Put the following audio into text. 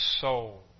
soul